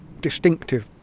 distinctive